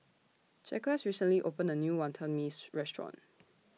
Jaquez recently opened A New Wonton Mee's Restaurant